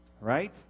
Right